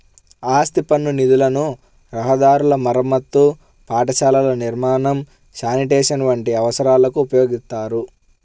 ఆస్తి పన్ను నిధులను రహదారుల మరమ్మతు, పాఠశాలల నిర్మాణం, శానిటేషన్ వంటి అవసరాలకు ఉపయోగిత్తారు